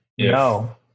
No